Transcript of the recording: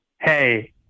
hey